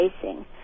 facing